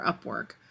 Upwork